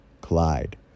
Clyde